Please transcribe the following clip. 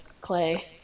clay